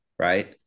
right